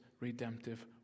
redemptive